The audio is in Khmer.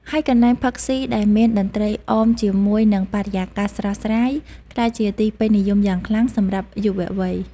ហើយកន្លែងផឹកស៊ីដែលមានតន្ត្រីអមជាមួយនិងបរិយាកាសស្រស់ស្រាយ ក្លាយជាទីពេញនិយមយ៉ាងខ្លាំងសម្រាប់យុវវ័យ។